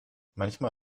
manchmal